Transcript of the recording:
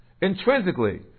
Intrinsically